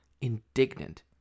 indignant